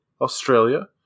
Australia